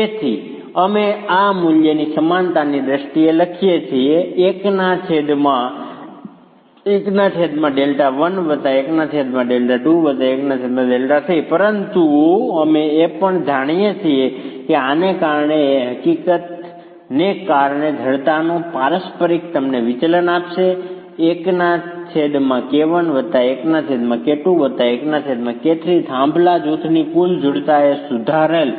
તેથી અમે તેને આ મૂલ્યની સમાનતાની દ્રષ્ટિએ લખીએ છીએ પરંતુ અમે એ પણ જાણીએ છીએ કે આને કારણે એ હકીકતને કારણે કે જડતાનો પારસ્પરિક તમને વિચલન આપશે થાંભલા જૂથની કુલ જડતા એ સુધારેલ